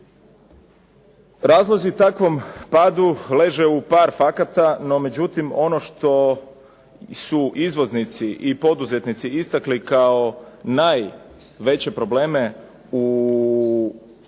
Razlozi takvom padu leže u par fakata, no međutim, ono što su izvoznici istakli kao najveće probleme u znači